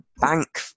bank